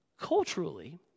Culturally